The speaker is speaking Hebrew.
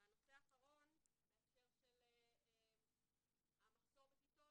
הנושא האחרון הוא בהקשר של המחסור בכיתות